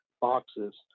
boxes